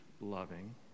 loving